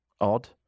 Odd